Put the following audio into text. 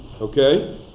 Okay